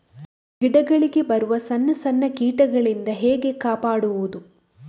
ಗಿಡಗಳಿಗೆ ಬರುವ ಸಣ್ಣ ಸಣ್ಣ ಕೀಟಗಳಿಂದ ಹೇಗೆ ಕಾಪಾಡುವುದು?